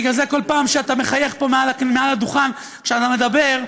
בגלל זה כל פעם שאתה מחייך מעל הדוכן כשאתה מדבר,